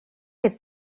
que